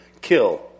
kill